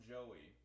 Joey